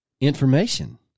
information